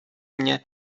mnie